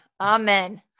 Amen